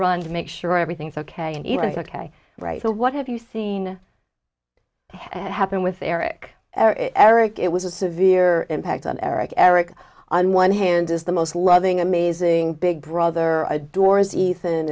run to make sure everything's ok and even took a right to what have you seen happen with eric eric it was a severe impact on eric eric on one hand is the most loving amazing big brother adores